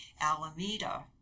Alameda